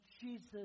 Jesus